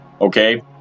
okay